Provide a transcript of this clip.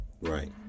right